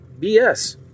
bs